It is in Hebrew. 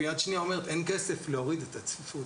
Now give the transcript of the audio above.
ויד שנייה אומרת "אין כסף להוריד את הצפיפות",